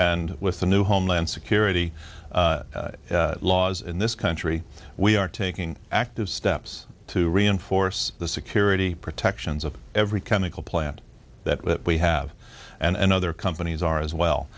and with the new homeland security laws in this country we are taking active steps to reinforce the security protections of every chemical plant that we have and other companies are as well